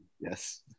Yes